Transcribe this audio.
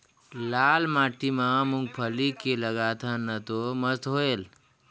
लाल माटी म मुंगफली के लगाथन न तो मस्त होयल?